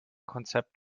konzept